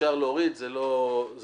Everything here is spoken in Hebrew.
אפשר להוריד, זה לא העניין.